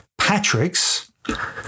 Patricks